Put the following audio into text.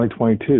2022